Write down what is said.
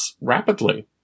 rapidly